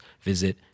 visit